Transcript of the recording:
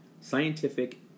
Scientific